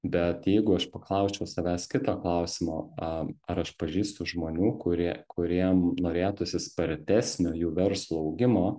bet jeigu aš paklausčiau savęs kito klausimo a ar aš pažįstu žmonių kurie kuriem norėtųsi spartesnio jų verslų augimo